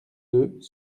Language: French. deux